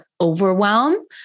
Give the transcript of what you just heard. overwhelm